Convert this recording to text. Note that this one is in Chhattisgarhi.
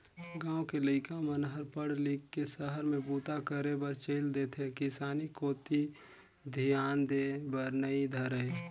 गाँव के लइका मन हर पढ़ लिख के सहर में बूता करे बर चइल देथे किसानी कोती धियान देय बर नइ धरय